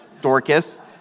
Dorcas